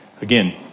again